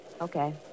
Okay